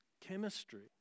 chemistry